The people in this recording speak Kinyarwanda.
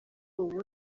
ubu